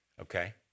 Okay